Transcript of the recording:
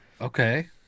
Okay